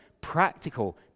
practical